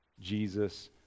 Jesus